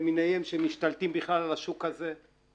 למיניהם שמשתלטים בכלל על השוק הזה.